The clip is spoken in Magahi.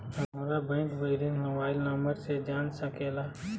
हमारा बैंक बैलेंस मोबाइल नंबर से जान सके ला?